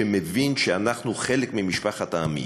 שמבין שאנחנו חלק ממשפחת העמים,